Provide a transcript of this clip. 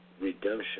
redemption